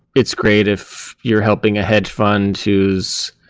it's great if you're helping a hedge fund who's